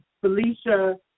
Felicia